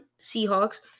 Seahawks